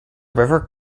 river